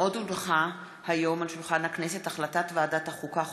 החלטת ועדת החוקה,